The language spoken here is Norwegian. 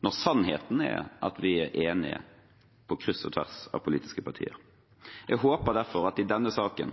når sannheten er at vi er enige, på kryss og tvers av politiske partier. Jeg håper derfor at man i denne saken